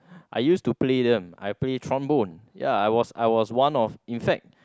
I use to play them I play trombone ya I was I was one of in fact